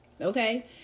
Okay